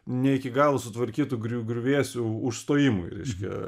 ne iki galo sutvarkytų griu griuvėsių užstojimui reiškia